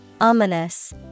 Ominous